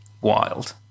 wild